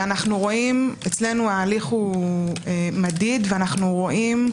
אצלנו ההליך הוא מדיד ואנו רואים,